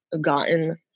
gotten